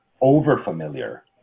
over-familiar